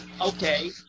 Okay